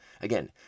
Again